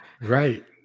Right